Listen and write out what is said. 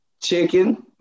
chicken